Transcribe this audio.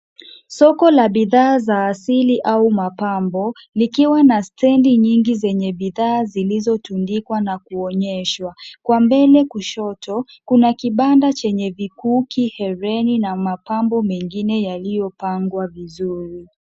Soko la bidhaa za asili au mapambo, likiwa na stendi nyingi zenye bidhaa zilizotundikwa na kuonyeshwa. Kwa mbele kushoto, kuna kibanda chenye vikuki, herini na mapambo mengine yaliyopangwa vizuri.